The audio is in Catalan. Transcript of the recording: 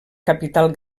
capital